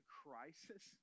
crisis